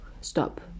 stop